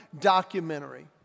documentary